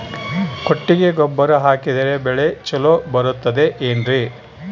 ಕೊಟ್ಟಿಗೆ ಗೊಬ್ಬರ ಹಾಕಿದರೆ ಬೆಳೆ ಚೊಲೊ ಬರುತ್ತದೆ ಏನ್ರಿ?